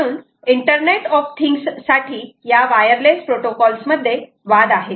म्हणून internet of things साठी या वायरलेस प्रोटोकॉल्स मध्ये वाद आहेत